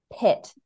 pit